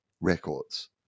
records